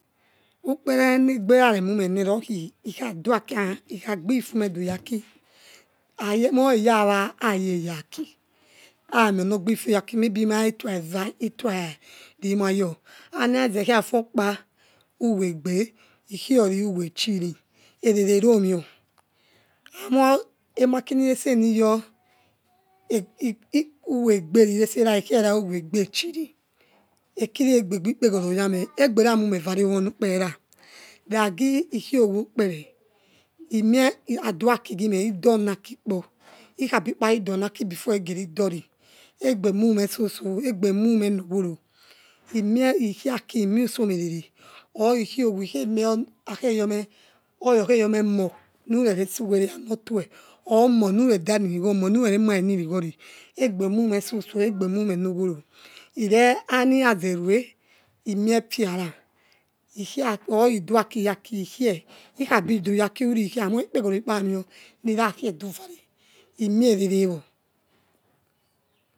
Ukpele nagbe oyaremumeno loho ikha kbi ifufu moduyaki amor iyawa aya eyaki amonogbi fufu yaki maybe mah tua ova or olua limayo aniyazo khia fufu okpa uwe-igbe ikhiolo uwe-echi ri olele lomewo, emaki nilase niyo uwe-igbe lilese ekhiela uwo-igbe-chiri okile ogbebi ekpekholo yame ogbeoya mumeli revaro owa onu kpele la, lagi ikhiogwe ukpole imie aduaki ghimeh edona kikpo, akhabikpalo duona ki before ekhi lo egeliduoli egbe mumeh so so egbe munus nokholo emiekhiaki emiusomelele or ekhe khiogwe oya okho yomeh moh nurelasuweleh or anotuehe or moh nuredanisi kho or nurelamalenilikho le egbemumeh so so egbe mumeh nokho lo ile anyazerue emie fiowala or iduakiyaki ikheho akhabiduyaki ikhu luekhelu amo ekpekholo ekpamehor nira khehe duvare emialole wor.